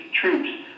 troops